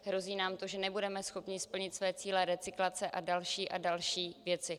Hrozí nám to, že nebudeme schopni splnit své cíle recyklace a další a další věci.